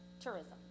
tourism